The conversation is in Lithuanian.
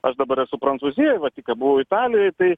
aš dabar esu prancūzijoj va tika buvau italijoj tai